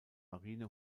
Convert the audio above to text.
marine